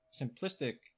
simplistic